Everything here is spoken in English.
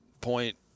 point